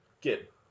Get